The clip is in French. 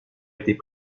était